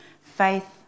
faith